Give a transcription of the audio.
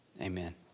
Amen